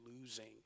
losing